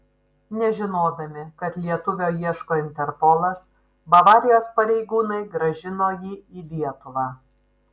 nežinodami kad lietuvio ieško interpolas bavarijos pareigūnai grąžino jį į lietuvą